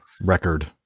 record